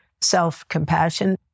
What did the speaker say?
self-compassion